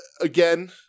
Again